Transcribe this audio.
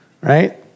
right